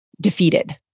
defeated